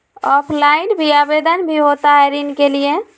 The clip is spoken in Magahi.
ऑफलाइन भी आवेदन भी होता है ऋण के लिए?